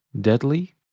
deadly